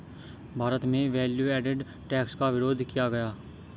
भारत में value added tax का विरोध किया गया